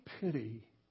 pity